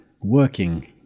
working